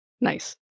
Nice